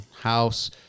house